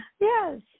Yes